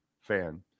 fan